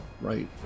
right